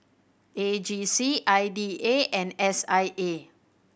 A G C I D A and S I A